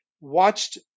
watched